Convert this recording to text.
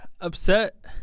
upset